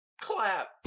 clap